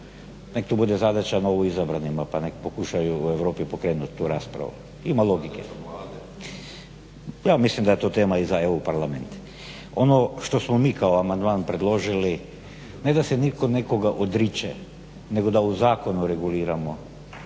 Neka to bude zadaća novoizabranima pa neka pokušaju u Europi pokrenuti tu raspravu. Ima logike. Ja mislim daje to tema i za EU parlament. Ono što smo mi kao amandman predložili ne da se niko nekoga odriče nego da u zakonu reguliramo